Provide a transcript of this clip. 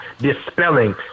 dispelling